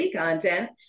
content